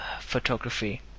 photography